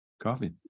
coffee